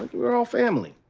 we're all family.